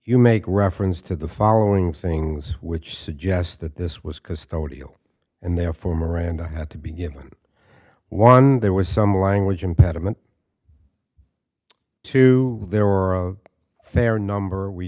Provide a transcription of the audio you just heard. you make reference to the following things which suggest that this was custodial and therefore miranda had to be given one there was some language impediment to there are a fair number we